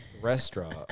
restaurant